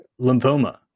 lymphoma